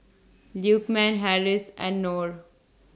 Lukman Harris and Nor